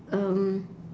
um